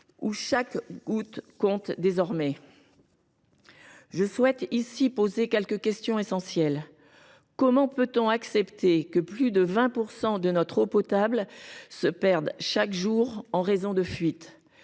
où chaque goutte compte désormais. Je souhaite ici poser une question essentielle : comment peut on accepter que plus de 20 % de notre eau potable se perde chaque jour en raison de fuites ?